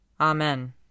Amen